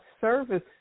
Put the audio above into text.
service